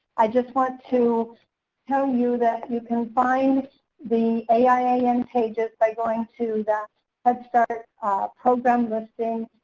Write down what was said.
i just want to tell you that you can find the ai an pages by going to that head start program listing,